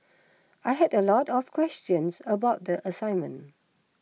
I had a lot of questions about the assignment